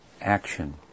action